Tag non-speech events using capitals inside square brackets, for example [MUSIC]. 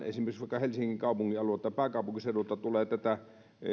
[UNINTELLIGIBLE] esimerkiksi helsingin kaupungin alueelta pääkaupunkiseudulta tulee tätä